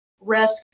risk